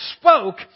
spoke